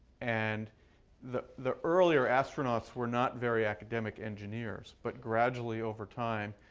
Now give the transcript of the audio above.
and the the earlier astronauts were not very academic engineers. but gradually over time,